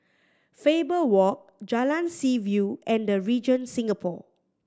Faber Walk Jalan Seaview and The Regent Singapore